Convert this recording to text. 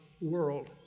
world